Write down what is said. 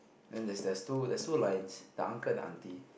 and there's there's two there's two lines the uncle and the aunty